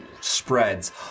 spreads